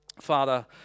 Father